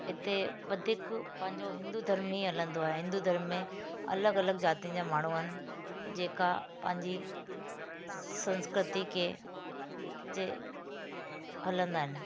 हिते वधीक पंहिंजो हिंदु धर्म ई हलंदो आहे हिंदु धर्म में अलॻि अलॻि जातियुनि जा माण्हू आहिनि जेका पंहिंजी संस्कृति खे जे हलंदा आहिनि